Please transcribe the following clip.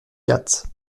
quatre